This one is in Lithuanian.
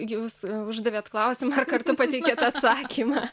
jūs uždavėt klausimą ar kartu pateikėt atsakymą